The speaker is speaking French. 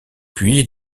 puis